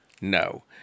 No